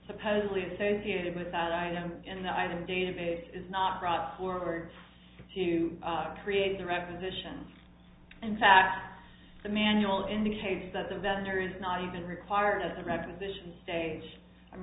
supposedly associated with that item in the item database is not brought forward to create the repetition and fact the manual indicates that the vendor is not even required at the repetition stage i'm